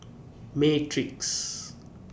Matrix